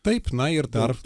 taip na ir dar